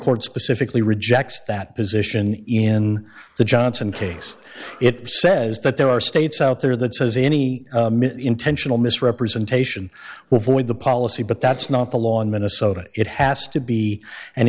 court specifically rejects that position in the johnson case it says that there are states out there that says any intentional misrepresentation were void the policy but that's not the law in minnesota it has to be an